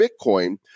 Bitcoin